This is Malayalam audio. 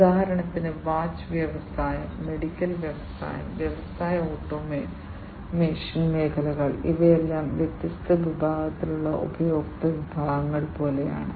ഉദാഹരണത്തിന് വാച്ച് വ്യവസായം മെഡിക്കൽ വ്യവസായം വ്യവസായ ഓട്ടോമേഷൻ മേഖലകൾ ഇവയെല്ലാം വ്യത്യസ്ത വിഭാഗത്തിലുള്ള ഉപഭോക്തൃ വിഭാഗങ്ങൾ പോലെയാണ്